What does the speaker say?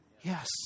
yes